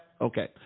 okay